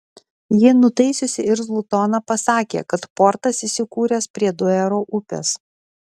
ji nutaisiusi irzlų toną pasakė kad portas įsikūręs prie duero upės